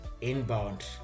inbound